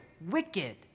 wicked